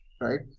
right